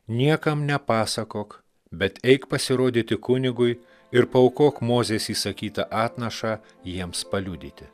niekam nepasakok bet eik pasirodyti kunigui ir paaukok mozės įsakytą atnašą jiems paliudyti